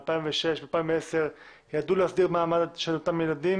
באלפיים ושש ובאלפיים ועשר ידעו להסדיר את המעמד של אותם ילדים,